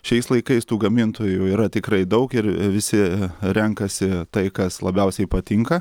šiais laikais tų gamintojų yra tikrai daug ir visi renkasi tai kas labiausiai patinka